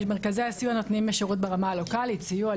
מרכזי הסיוע נותנים שירות ברמה הלוקלית סיוע,